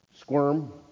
squirm